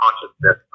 consciousness